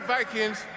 Vikings